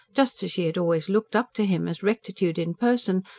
just as she had always looked up to him as rectitude in person,